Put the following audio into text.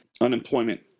unemployment